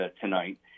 tonight